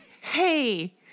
hey